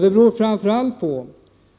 Det beror framför allt på